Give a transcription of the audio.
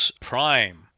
Prime